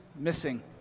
missing